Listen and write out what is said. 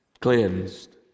cleansed